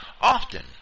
Often